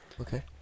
Okay